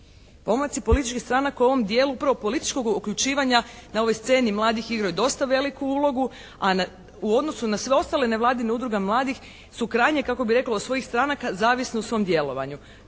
Pomaci političkih stranaka u ovom dijelu upravo političkog uključivanja na ovoj sceni mladih igraju dosta veliku ulogu, a u odnosu na sve ostale nevladine udruge mladih su krajnje kako bi reklo od svojih stranaka zavisne u svom djelovanju.